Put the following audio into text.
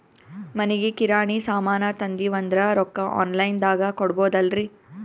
ಮನಿಗಿ ಕಿರಾಣಿ ಸಾಮಾನ ತಂದಿವಂದ್ರ ರೊಕ್ಕ ಆನ್ ಲೈನ್ ದಾಗ ಕೊಡ್ಬೋದಲ್ರಿ?